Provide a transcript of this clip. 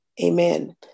Amen